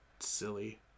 Silly